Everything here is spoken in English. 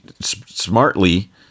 smartly